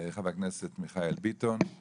אנחנו בחרנו להציג על קצה המזלג את הביטוח הלאומי.